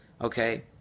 Okay